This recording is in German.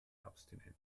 abstinenz